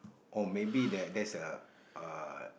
or maybe that that's a uh